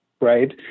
Right